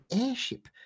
airship